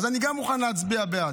אז אני מוכן להצביע בעד.